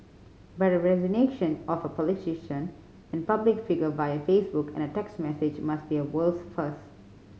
but a resignation of a politician and public figure via Facebook and a text message must be a world's first